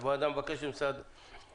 הוועדה מבקשת מהמשרד